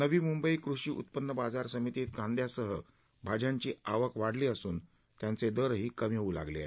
नवी मुंबई कृषी उत्पन्न बाजार समितीत काद्यांसह भाज्यांची आवक वाढली असून त्यांचे दरही कमी होऊ लागले आहेत